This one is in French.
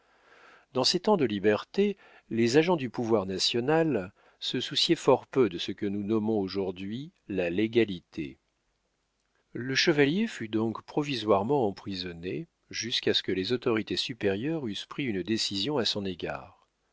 dans ces temps de liberté les agents du pouvoir national se souciaient fort peu de ce que nous nommons aujourd'hui la légalité le chevalier fut donc provisoirement emprisonné jusqu'à ce que les autorités supérieures eussent pris une décision à son égard